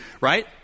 right